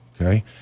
okay